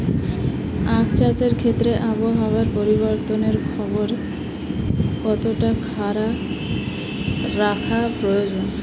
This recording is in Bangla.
আখ চাষের ক্ষেত্রে আবহাওয়ার পরিবর্তনের খবর কতটা রাখা প্রয়োজন?